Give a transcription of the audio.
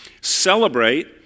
Celebrate